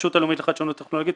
הרשות הלאומית לחדשנות טכנולוגית,